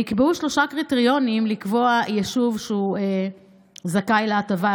נקבעו שלושה קריטריונים ליישוב שזכאי להטבה,